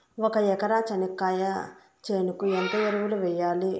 ఒక ఎకరా చెనక్కాయ చేనుకు ఎంత ఎరువులు వెయ్యాలి?